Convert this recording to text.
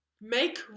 make